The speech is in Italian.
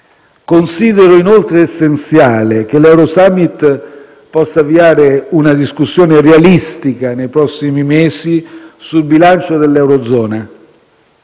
Considero inoltre essenziale che l'Eurosummit possa avviare una discussione realistica nei prossimi mesi sul bilancio dell'eurozona.